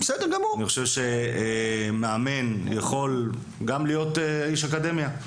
אני חושב שמאמן יכול גם להיות איש אקדמיה.